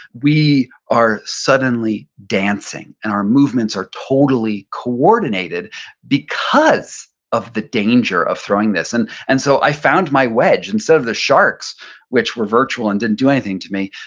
we are suddenly dancing, and our movements are totally coordinated because of the danger of throwing this. and and so, i found my wedge instead of the sharks which were virtual and didn't do anything to me.